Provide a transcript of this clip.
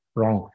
Wrong